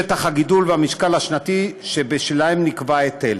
שטח הגידול והמשקל השנתי שבשלהם נקבע ההיטל.